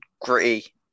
gritty